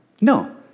No